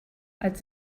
als